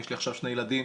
יש לי עכשיו שני ילדים.